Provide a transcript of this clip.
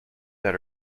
that